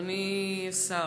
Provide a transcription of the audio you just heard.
אדוני השר,